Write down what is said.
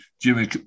Jimmy